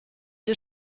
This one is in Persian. این